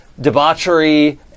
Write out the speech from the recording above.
debauchery